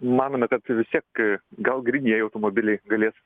manome kad vis tiek gal grynieji automobiliai galės